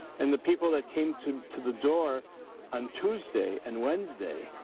and the people that came to to the door on tuesday and wednesday,